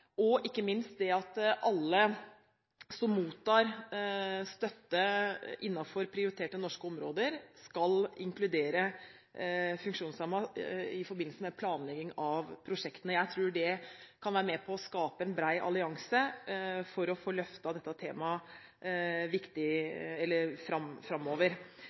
perspektivene. Ikke minst er det viktig at alle som mottar støtte innenfor prioriterte norske områder, skal inkludere funksjonshemmede i forbindelse med planlegging av prosjektene. Jeg tror det kan være med på å skape en bred allianse for å få løftet dette viktige temaet framover.